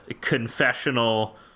confessional